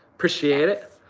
preciate it.